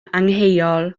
angheuol